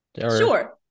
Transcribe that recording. Sure